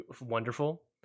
wonderful